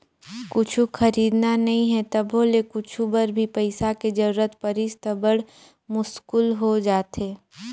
कुछु खरीदना नइ हे तभो ले कुछु बर भी पइसा के जरूरत परिस त बड़ मुस्कुल हो जाथे